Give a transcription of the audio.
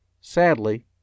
Sadly